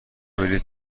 بلیط